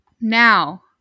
Now